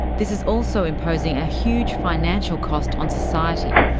this is also imposing a huge financial cost on society.